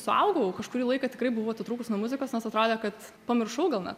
suaugau kažkurį laiką tikrai buvau atitrūkus nuo muzikos nes atrodė kad pamiršau gal net